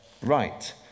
right